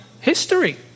history